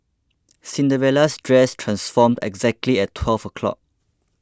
Cinderella's dress transformed exactly at twelve o' clock